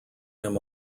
him